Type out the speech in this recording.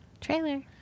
Trailer